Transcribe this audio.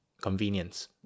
convenience